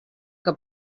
que